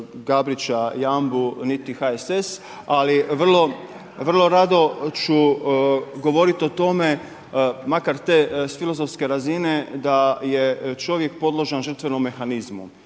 Gabrića Jambu niti HSS, ali vrlo rado ću govoriti o tome makar s te filozofske razine da je čovjek podložan žrtvenom mehanizmu